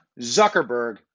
Zuckerberg